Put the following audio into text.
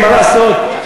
מה לעשות.